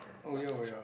oh ya oh ya